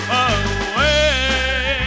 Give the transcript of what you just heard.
away